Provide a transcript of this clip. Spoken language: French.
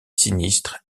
sinistre